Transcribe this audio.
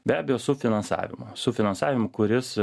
be abejo su finansavimu su finansavimu kuris